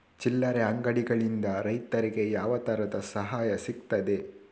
ಚಿಲ್ಲರೆ ಅಂಗಡಿಗಳಿಂದ ರೈತರಿಗೆ ಯಾವ ತರದ ಸಹಾಯ ಸಿಗ್ತದೆ?